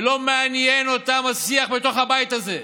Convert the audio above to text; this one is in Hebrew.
ולא מעניין אותם השיח בתוך הבית הזה.